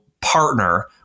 partner